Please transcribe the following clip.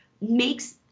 makes